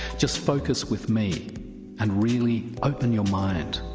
just focus with me and really open your mind.